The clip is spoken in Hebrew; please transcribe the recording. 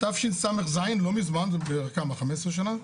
בתשס"ז, לא מזמן, בערך 15 שנה,